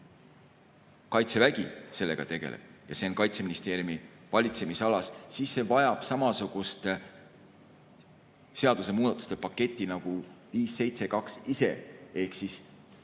Kaitsevägi sellega tegeleb ja see on Kaitseministeeriumi valitsemisalas, siis see vajab samasugust seadusemuudatuste paketti nagu 572 SE ise